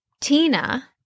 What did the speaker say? Tina